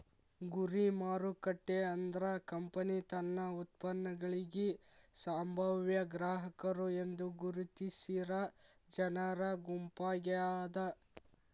ಗುರಿ ಮಾರುಕಟ್ಟೆ ಅಂದ್ರ ಕಂಪನಿ ತನ್ನ ಉತ್ಪನ್ನಗಳಿಗಿ ಸಂಭಾವ್ಯ ಗ್ರಾಹಕರು ಎಂದು ಗುರುತಿಸಿರ ಜನರ ಗುಂಪಾಗ್ಯಾದ